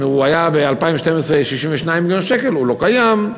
אם הוא היה ב-2012 62 מיליון שקלים, הוא לא קיים.